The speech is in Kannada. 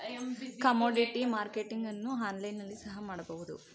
ಕಮೋಡಿಟಿ ಮಾರ್ಕೆಟಿಂಗ್ ಅನ್ನು ಆನ್ಲೈನ್ ನಲ್ಲಿ ಸಹ ಮಾಡಬಹುದು